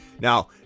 Now